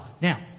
Now